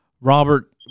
Robert